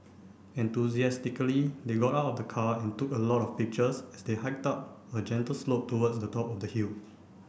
enthusiastically they got out of the car and took a lot of pictures as they hiked up a gentle slope towards the top of the hill